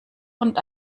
und